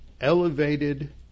elevated